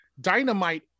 dynamite